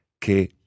que